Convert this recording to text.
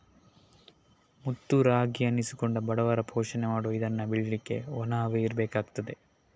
ಮುತ್ತು ರಾಗಿ ಅನ್ನಿಸಿಕೊಂಡ ಬಡವರ ಪೋಷಣೆ ಮಾಡುವ ಇದನ್ನ ಬೆಳೀಲಿಕ್ಕೆ ಒಣ ಹವೆ ಇರ್ಬೇಕಾಗ್ತದೆ